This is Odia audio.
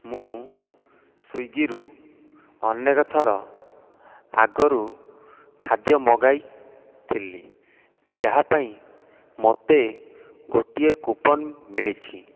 ମୁଁ ସ୍ଵିଗିରୁ ଅନେକ ଥର ଆଗରୁ ଖାଦ୍ୟ ମଗାଇଥିଲି ଯାହା ପାଇଁ ମୋତେ ଗୋଟିଏ କୁପନ୍ ମିଳିଛି